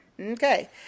Okay